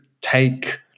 take